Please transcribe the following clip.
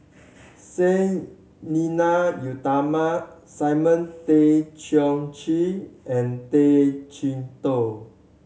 Sang Nila Utama Simon Tay Seong Chee and Tay Chee Toh